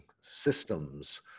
systems